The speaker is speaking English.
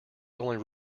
only